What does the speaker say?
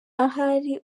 ahari